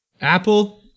Apple